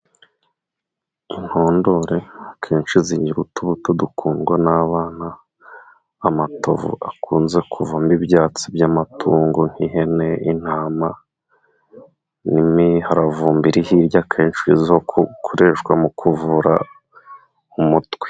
Intondore akenshi zigira utubuto dukundwa n'abana, amatovu akunze kuvamo ibyatsi by'amatungo nk'ihene, intama, n'imiravumba iri hirya akenshi ikoreshwa mu kuvura umutwe.